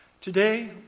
Today